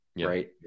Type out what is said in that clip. Right